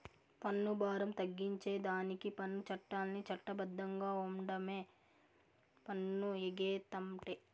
పన్ను బారం తగ్గించేదానికి పన్ను చట్టాల్ని చట్ట బద్ధంగా ఓండమే పన్ను ఎగేతంటే